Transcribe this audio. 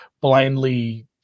blindly